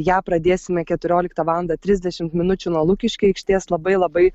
ją pradėsime keturioliktą valandą trisdešimt minučių nuo lukiškių aikštės labai labai